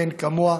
מאין כמוה,